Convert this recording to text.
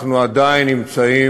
אנחנו עדיין נמצאים